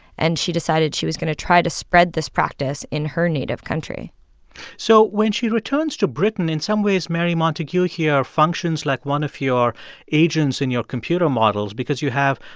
and she decided she was going to try to spread this practice in her native country so when she returns to britain, in some ways, mary montagu here functions like one of your agents in your computer models because you have,